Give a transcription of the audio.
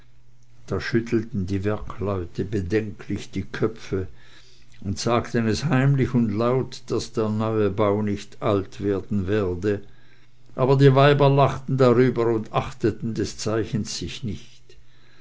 da schüttelten die werkleute bedenklich die köpfe und sagten es heimlich und laut daß der neue bau nicht alt werden werde aber die weiber lachten darüber und achteten des zeichens sich nicht